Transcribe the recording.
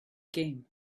game